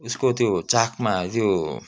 उसको त्यो चाकमा त्यो